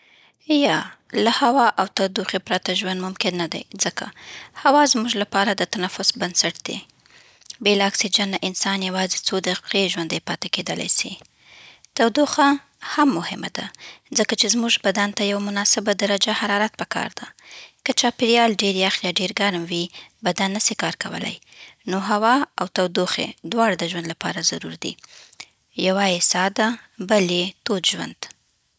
یا، له هوا او تودوخې پرته ژوند ممکن نه دی، ځکه: هوا زموږ لپاره د تنفس بنسټ دی. بې له اکسیجن نه انسان یوازې څو دقیقې ژوندی پاتې کېدلای سي. تودوخه هم مهمه ده، ځکه چې زموږ بدن ته یوه مناسبه درجه حرارت پکار ده. که چاپېریال ډېر یخ یا ډېر ګرم وي، بدن نسي کار کولی. نو هوا او تودوخه دواړه د ژوند لپاره ضروري دي، یو یې ساه ده، بل یې تود ژوند.